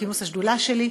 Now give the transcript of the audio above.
כינוס השדולה שלי,